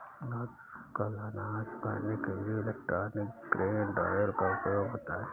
आजकल अनाज सुखाने के लिए इलेक्ट्रॉनिक ग्रेन ड्रॉयर का उपयोग होता है